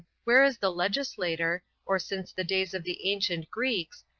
where is the legislator, or since the days of the ancient greeks,